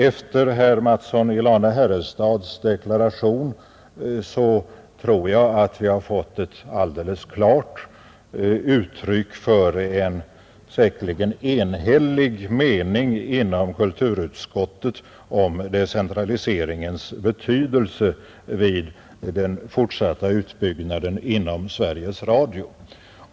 Efter herr Mattssons i Lane-Herrestad deklaration tror jag att vi har fått ett alldeles klart uttryck för en säkerligen enhällig mening inom kulturutskottet om decentraliseringens betydelse vid den fortsatta utbyggnaden inom Sveriges Radio.